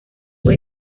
fue